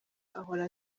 ahora